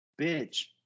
bitch